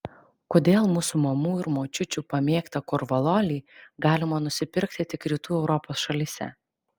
kodėl mūsų mamų ir močiučių pamėgtą korvalolį galima nusipirkti tik rytų europos šalyse